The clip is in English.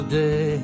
day